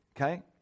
okay